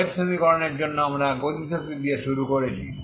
wave সমীকরণের জন্য আমরা গতিশক্তি দিয়ে শুরু করেছি